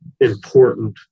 important